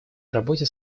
работе